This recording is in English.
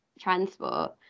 transport